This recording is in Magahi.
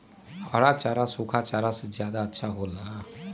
हरा चारा सूखा चारा से का ज्यादा अच्छा हो ला?